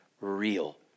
real